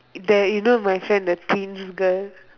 that you know my friend the thin girl